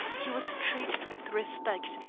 he was treated with respect,